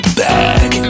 back